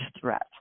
threat